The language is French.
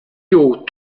aux